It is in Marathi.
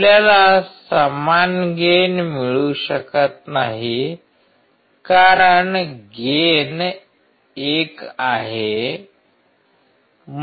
आपल्याला समान गेन मिळू शकत नाही कारण गेन 1 आहे